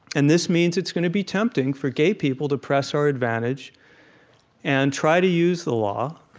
and this means it's going to be tempting for gay people to press our advantage and try to use the law